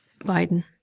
Biden